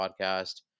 podcast